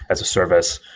as a service.